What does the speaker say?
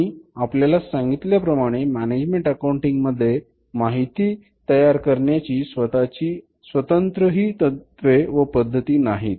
मी आपल्याला सांगितल्याप्रमाणे management accounting मध्ये माहिती तयार करण्याची स्वतःची स्वतंत्रही तत्वे व पद्धती नाहीत